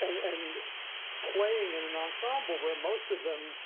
and and playing in an ensemble where most of them